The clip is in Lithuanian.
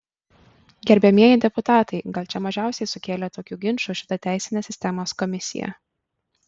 gerbiamieji deputatai gal čia mažiausiai sukėlė tokių ginčų šita teisinės sistemos komisija